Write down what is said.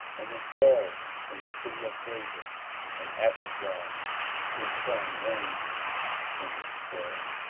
and was buried in the city of david and abijah his son reigned in his stead.